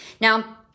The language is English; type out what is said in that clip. Now